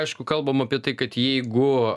aišku kalbam apie tai kad jeigu